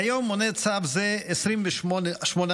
כיום מונה צו זה 28 מקצועות,